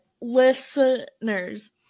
listeners